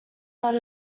not